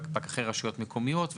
פקחי רשויות מקומיות,